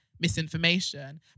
Misinformation